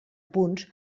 punts